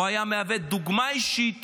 הוא היה מהווה דוגמה אישית